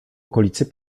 okolicy